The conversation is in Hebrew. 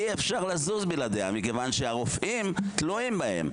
אי אפשר לזוז בלעדיה, הרופאים תלויים בה.